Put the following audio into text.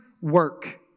work